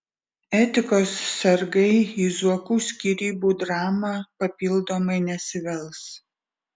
etikos sargai į zuokų skyrybų dramą papildomai nesivels